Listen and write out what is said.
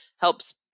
helps